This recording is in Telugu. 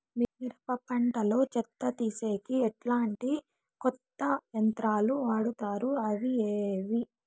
మిరప పంట లో చెత్త తీసేకి ఎట్లాంటి కొత్త యంత్రాలు వాడుతారు అవి ఏవి?